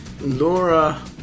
Laura